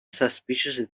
suspicious